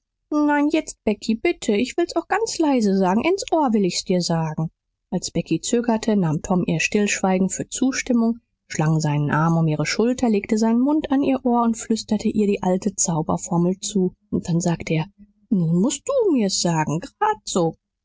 nein jetzt becky bitte ich will's auch ganz leise sagen ins ohr will ich's dir sagen als becky zögerte nahm tom ihr stillschweigen für zustimmung schlang seinen arm um ihre schulter legte seinen mund an ihr ohr und flüsterte ihr die alte zauberformel zu und dann sagte er nun mußt du's mir sagen grad so